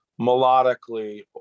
melodically